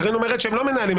וקארין אומרת שהם לא מנהלים,